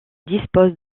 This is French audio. dispose